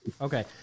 okay